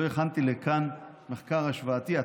לא הכנתי לכאן מחקר השוואתי.